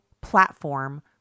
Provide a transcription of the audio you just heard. platform